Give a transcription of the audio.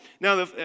Now